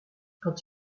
quand